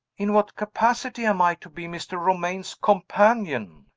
in what capacity am i to be mr. romayne's companion?